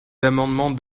d’amendements